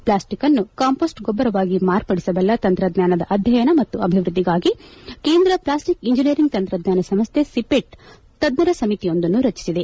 ಪ್ಲಾಸ್ಟಿಕ್ನ್ನು compost ಗೊಬ್ಬರವಾಗಿ ಮಾರ್ಪಡಿಸಬಲ್ಲ ತಂತ್ರಜ್ಞಾನದ ಅಧ್ಯಯನ ಮತ್ತು ಅಭಿವೃದ್ಧಿಗಾಗಿ ಕೇಂದ್ರ ಪ್ಲಾಸ್ಟಿಕ್ ಇಂಜೆನಿಯರಿಂಗ್ ತಂತ್ರಜ್ಞಾನ ಸಂಸ್ಥೆ ಸಿಪೆಟ್ ತಜ್ಞರ ಸಮಿತಿಯೊಂದನ್ನು ರಚಿಸಿದೆ